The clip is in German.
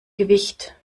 gewicht